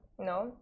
no